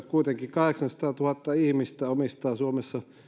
kuitenkin kahdeksansataatuhatta ihmistä omistaa suomessa